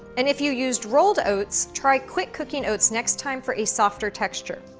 and if you used rolled oats, try quick cooking oats next time for a softer texture.